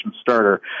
starter